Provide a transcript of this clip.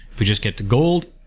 if we just get the gold,